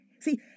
See